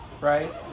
right